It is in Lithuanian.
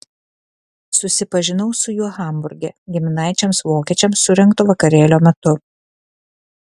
susipažinau su juo hamburge giminaičiams vokiečiams surengto vakarėlio metu